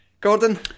Gordon